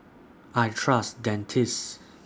I Trust Dentiste